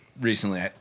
Recently